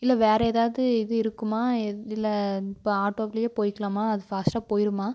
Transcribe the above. இல்லை வேறு ஏதாவது இது இருக்குமா இல்லை இப்போ ஆட்டோவிலேயே போய்க்கலாமா அது ஃபாஸ்ட்டாக போயிடுமா